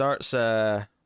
starts